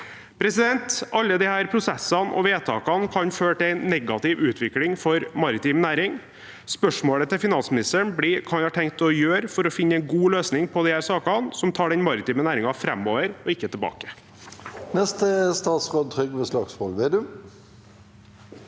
rederi. Alle disse prosessene og vedtakene kan føre til en negativ utvikling for maritim næring. Spørsmålet til finansministeren blir hva han har tenkt å gjøre for å finne en god løsning på disse sakene, for å ta den maritime næringen framover og ikke tilbake.